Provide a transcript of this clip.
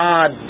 God